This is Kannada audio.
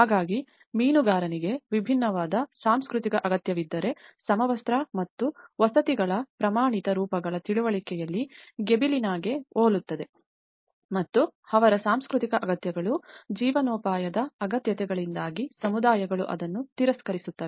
ಹಾಗಾಗಿ ಮೀನುಗಾರನಿಗೆ ವಿಭಿನ್ನವಾದ ಸಾಂಸ್ಕೃತಿಕ ಅಗತ್ಯವಿದ್ದರೆ ಸಮವಸ್ತ್ರ ಮತ್ತು ವಸತಿಗಳ ಪ್ರಮಾಣಿತ ರೂಪಗಳ ತಿಳುವಳಿಕೆಯಲ್ಲಿ ಗಿಬೆಲಿನಾಗೆ ಹೋಲುತ್ತದೆ ಮತ್ತು ಅವರ ಸಾಂಸ್ಕೃತಿಕ ಅಗತ್ಯತೆಗಳು ಜೀವನೋಪಾಯದ ಅಗತ್ಯತೆಗಳಿಂದಾಗಿ ಸಮುದಾಯಗಳು ಅದನ್ನು ತಿರಸ್ಕರಿಸುತ್ತವೆ